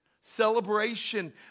Celebration